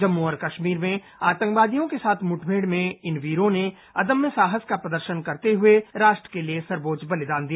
जम्मू और कस्मीर में आतंकवादियों के साथ मुठनेड़ में इन वीरों ने अदम्य साहस का प्रदर्शन करते हुए राष्ट्र के लिए सर्वोच्च बलिदान दिया